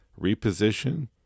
reposition